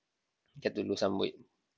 get to lose some weight